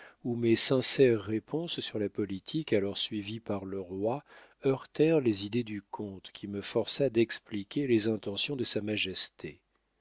où mes sincères réponses sur la politique alors suivie par le roi heurtèrent les idées du comte qui me força d'expliquer les intentions de sa majesté